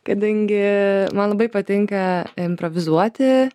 kadangi man labai patinka improvizuoti